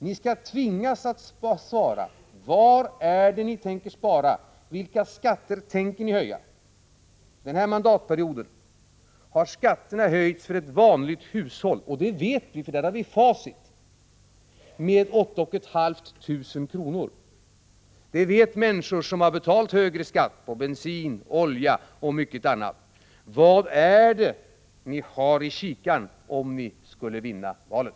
Ni skall tvingas att svara: Var är det ni tänker spara, vilka skatter tänker ni höja? Den här mandatperioden har skatterna för ett vanligt hushåll — det vet vi, för där har vi facit — höjts med åtta och ett halvt tusen kronor. Det vet människor som har betalat högre skatt på bensin, olja och mycket annat. Vad är det ni har i kikaren om ni skulle vinna valet?